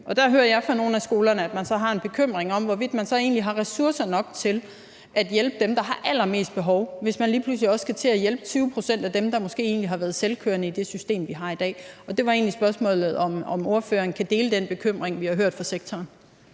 og der hører jeg fra nogle af skolerne, at man har en bekymring om, hvorvidt man så egentlig har ressourcer nok til at hjælpe dem, der har allermest behov for det, hvis man lige pludselig også skal til at hjælpe 20 pct. af dem, der måske egentlig har været selvkørende i det system, vi har i dag. Og det var egentlig spørgsmålet, om ordføreren deler den bekymring, vi har hørt fra sektoren.